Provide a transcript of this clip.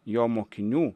jo mokinių